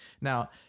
Now